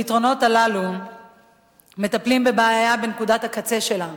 הפתרונות, מטפלים בבעיה בנקודת הקצה שלה.